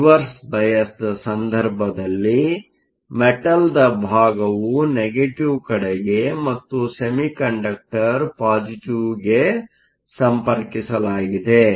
reverse ಬಯಾಸ್ನ ಸಂದರ್ಭದಲ್ಲಿಮೆಟಲ್Metalನ ಭಾಗವು ನೆಗೆಟಿವ್ ಕಡೆಗೆ ಮತ್ತು ಸೆಮಿಕಂಡಕ್ಟರ್Semiconductor ಪಾಸಿಟಿವ್ಗೆ ಸಂಪರ್ಕಿಸಲಾಗಿದೆ